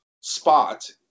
spot